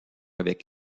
avec